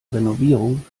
renovierung